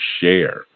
share